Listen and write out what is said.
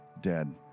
dead